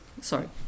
sorry